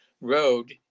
road